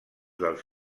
dels